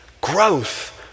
growth